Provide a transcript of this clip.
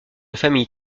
famille